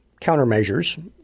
countermeasures